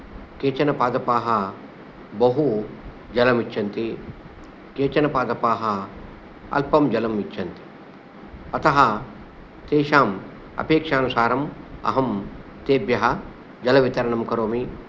केचन पादपाः बहु जलम् इच्छन्ति केचन पादपाः अल्पं जलम् इच्छन्ति अतः तेषाम् अपेक्षानुसारम् अहं तेभ्यः जलवितरणं करोमि